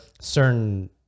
certain